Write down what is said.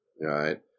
Right